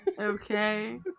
Okay